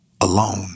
alone